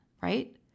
right